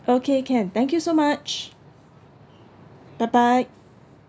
okay can thank you so much bye bye